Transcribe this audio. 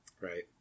right